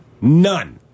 None